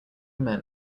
men